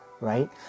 Right